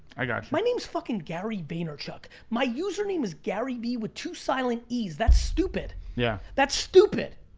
i got cha. my name's fuckin' gary vaynerchuk. my user name is gary vee with two silent e's! that's stupid! yeah that's stupid!